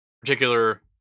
particular